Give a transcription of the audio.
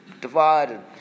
divided